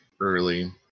early